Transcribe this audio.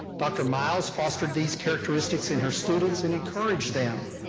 dr. miles fostered these characteristics in her students and encouraged them,